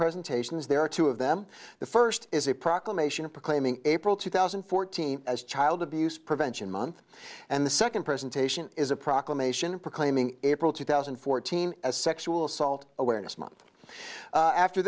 presentations there are two of them the first is a proclamation proclaiming april two thousand and fourteen as child abuse prevention month and the second presentation is a proclamation proclaiming april two thousand and fourteen as sexual assault awareness month after